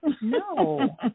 no